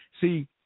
See